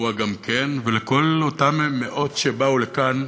האירוע גם כן, ולכל אותם מאות שבאו לכאן